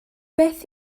beth